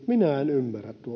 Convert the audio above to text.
minä en ymmärrä